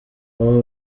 abo